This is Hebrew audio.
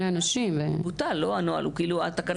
זה בדיוק העניין.